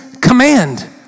command